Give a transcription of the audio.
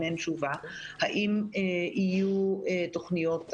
אין תשובה האם יהיו תוכניות העשרה,